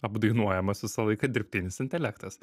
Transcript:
apdainuojamas visą laiką dirbtinis intelektas